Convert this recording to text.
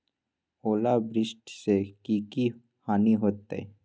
ओलावृष्टि से की की हानि होतै?